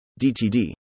DTD